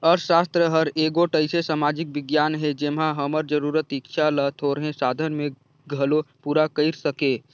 अर्थसास्त्र हर एगोट अइसे समाजिक बिग्यान हे जेम्हां हमर जरूरत, इक्छा ल थोरहें साधन में घलो पूरा कइर सके